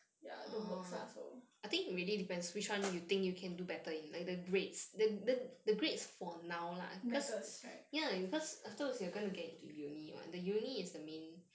ya the works lah so matters right